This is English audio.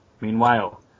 Meanwhile